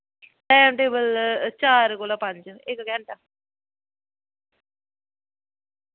time table चार कोला पंज इक घैंटा